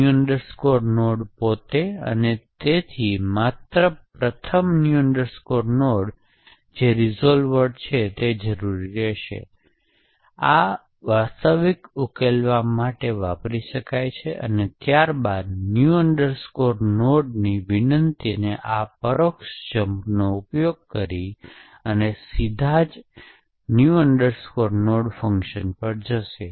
memory એક્સેસને પૂર્ણ કરવા માટે L2 LLC અથવા ડીરેમ જેવા નીચલા સ્તરના કૅશ પર જાઓ